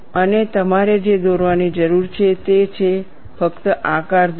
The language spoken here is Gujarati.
અને તમારે જે દોરવાની જરૂર છે તે છે ફક્ત આકાર દોરો